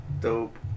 Dope